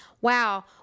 Wow